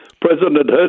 President